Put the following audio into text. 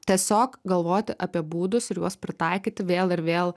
tiesiog galvoti apie būdus ir juos pritaikyti vėl ir vėl